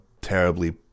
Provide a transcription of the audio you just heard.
terribly